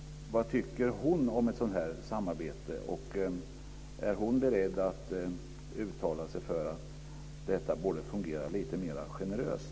Vad tycker hon om ett sådant samarbete? Är hon beredd att uttala sig för att detta borde fungera lite mer generöst?